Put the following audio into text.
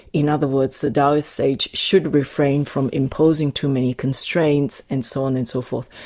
in other words, the daoist sage should refrain from imposing too many constraints and so on and so forth.